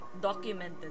documented